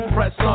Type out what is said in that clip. Press